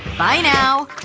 bye now!